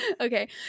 Okay